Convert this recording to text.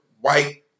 white